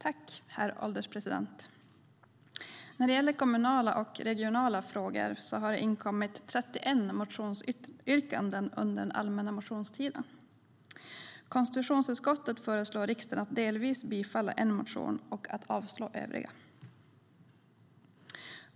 Herr ålderspresident! När det gäller kommunala och regionala frågor har det inkommit 31 motionsyrkanden under den allmänna motionstiden. Konstitutionsutskottet föreslår riksdagen att delvis bifalla en motion och att avslå övriga.